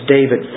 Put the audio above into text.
David